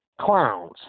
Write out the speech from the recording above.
clowns